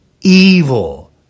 Evil